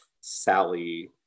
Sally